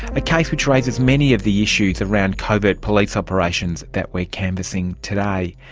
a case which raises many of the issues around covert police operations that we are canvassing today.